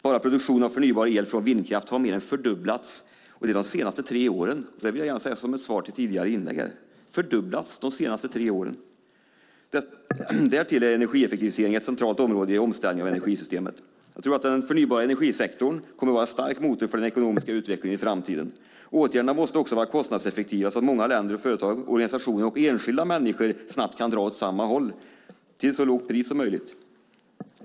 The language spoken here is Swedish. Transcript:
Bara produktionen av förnybar el från vindkraft har mer än fördubblats de senaste tre åren. Det vill jag gärna säga som ett svar på tidigare inlägg här. Därtill är energieffektivisering ett centralt område i omställningen av energisystemet. Jag tror att den förnybara energisektorn kommer att vara en stark motor för den ekonomiska utvecklingen i framtiden. Åtgärderna måste också vara kostnadseffektiva så att många länder och företag, organisationer och enskilda människor snabbt kan dra åt samma håll till så lågt pris som möjligt.